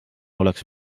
oleks